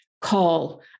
call